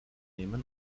nehmen